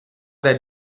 der